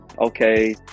okay